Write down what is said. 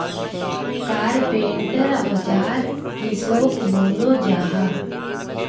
Carpenter औजार किसोक बोलो जाहा?